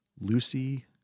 lucy